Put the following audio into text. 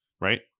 right